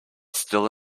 still